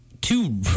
two